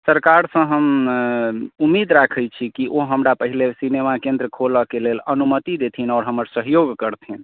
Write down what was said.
सरकारसँ हम उम्मीद राखैत छी कि ओ हमरा पहिले सिनेमा केन्द्र खोलऽके लेल अनुमति देथिन आओर हमर सहयोग करथिन